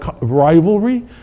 rivalry